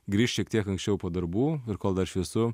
grįšt šiek tiek anksčiau po darbų ir kol dar šviesu